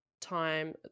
time